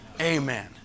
amen